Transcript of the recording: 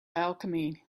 alchemy